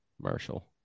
Marshall